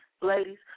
Ladies